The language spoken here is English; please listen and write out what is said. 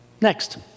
Next